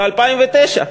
ב-2009: